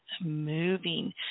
moving